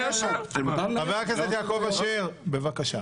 חבר הכנסת יעקב אשר, בבקשה.